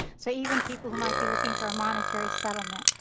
so even people who might be looking for a monetary settlement,